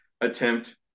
attempt